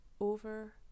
over